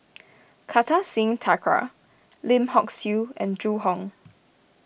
Kartar Singh Thakral Lim Hock Siew and Zhu Hong